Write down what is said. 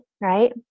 right